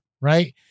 right